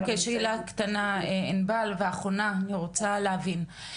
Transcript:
שאלה קטנה, אני רוצה להבין,